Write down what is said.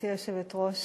אדוני היושב-ראש,